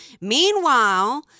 Meanwhile